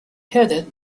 headed